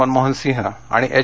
मनमोहन सिंह आणि एच